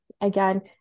again